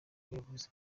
buyobozi